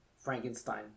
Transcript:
Frankenstein